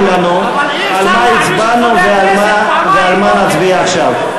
לנו על מה הצבענו ועל מה נצביע עכשיו.